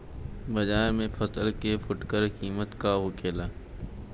बाजार में फसल के फुटकर कीमत का होखेला?